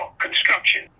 construction